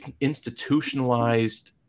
institutionalized